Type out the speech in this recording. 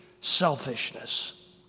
selfishness